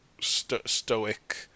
Stoic